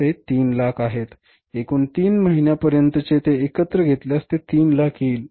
ते 300000 आहेत एकूण 3 महिन्यांपर्यंतचे ते एकत्र घेतल्यास ते 300000 येईल